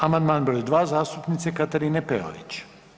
Amandman br. 2 zastupnice Katarine Peović.